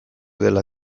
dela